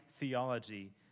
theology